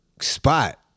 spot